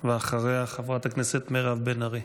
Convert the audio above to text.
ואחריה, חברת הכנסת מירב בן ארי.